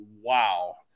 wow